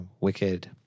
wicked